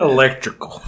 Electrical